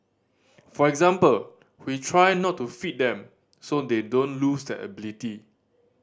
for example we try not to feed them so they don't lose that ability